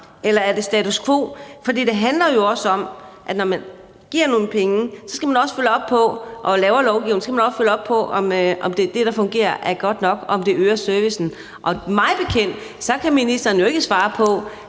er det status quo? For det handler jo også om, at når man giver nogle penge og laver lovgivning, skal man også følge op på, om det fungerer og er godt nok, og om det øger servicen. Mig bekendt kan ministeren jo ikke svare på,